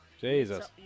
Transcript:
Jesus